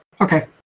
Okay